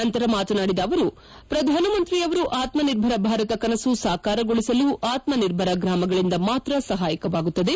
ನಂತರ ಮಾತನಾಡಿದ ಅವರು ಪ್ರಧಾನಮಂತ್ರಿಯವರು ಆತ್ನ ನಿರ್ಭರ ಭಾರತ ಕನಸು ಸಾಕಾರಗೊಳಿಸಲು ಆತ್ಲನಿರ್ಭರ ಗ್ರಾಮಗಳಿಂದ ಮಾತ್ರ ಸಹಾಯಕವಾಗುತ್ತದೆ